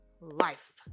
life